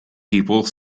people